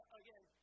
again